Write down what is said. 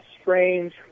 strange